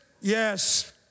Yes